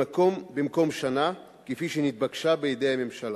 במקום שנה, כפי שביקשה הממשלה.